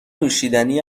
نوشیدنی